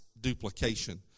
duplication